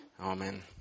amen